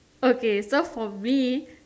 okay so for me